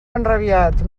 enrabiat